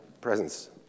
presence